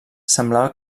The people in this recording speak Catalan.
semblava